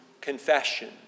confession